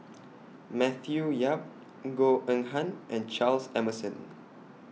Matthew Yap Goh Eng Han and Charles Emmerson